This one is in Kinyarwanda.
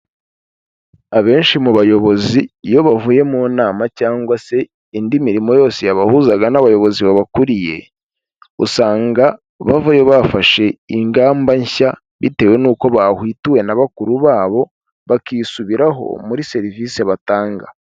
Abenshi mu bayobozi iyo bavuye mu nama cyangwa se indi mirimo yose yabahuzaga n'abayobozi babakuriye, usanga bavuyeyo bafashe ingamba nshya, bitewe n'uko bahwituwe na bakuru babo, bakisubiraho muri serivisi batanga.